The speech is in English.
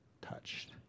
touched